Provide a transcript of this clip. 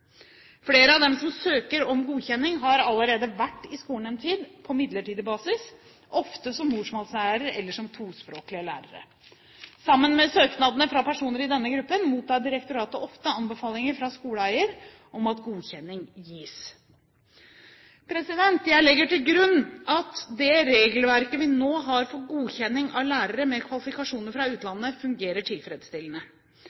Flere av dem som søker om godkjenning, har allerede vært i skolen en tid på midlertidig basis – ofte som morsmålslærere eller som tospråklige lærere. Sammen med søknadene fra personer i denne gruppen mottar direktoratet ofte anbefalinger fra skoleeier om at godkjenning gis. Jeg legger til grunn at det regelverket vi nå har for godkjenning av lærere med kvalifikasjoner fra